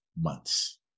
months